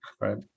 Right